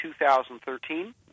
2013